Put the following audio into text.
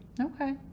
Okay